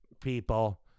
people